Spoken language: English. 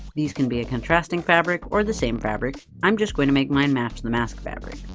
these can be a contrasting fabric or the same fabric, i'm just going to make mine match the mask fabric.